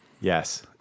Yes